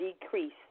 decrease